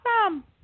awesome